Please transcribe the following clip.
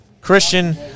Christian